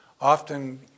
Often